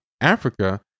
Africa